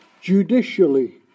judicially